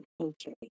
okay